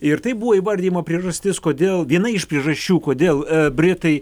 ir tai buvo įvardijama priežastis kodėl viena iš priežasčių kodėl britai